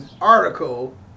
article